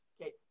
Okay